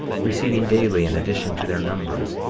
receiving daily an addition to their numbers,